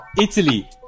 Italy